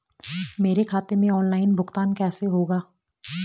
मेरे खाते में ऑनलाइन भुगतान कैसे होगा?